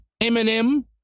Eminem